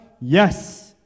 Yes